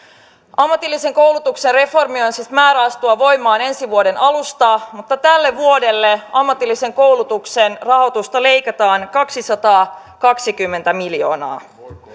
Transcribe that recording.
ammatillisen koulutuksen reformin on siis määrä astua voimaan ensi vuoden alusta mutta tälle vuodelle ammatillisen koulutuksen rahoitusta leikataan kaksisataakaksikymmentä miljoonaa